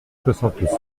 soixante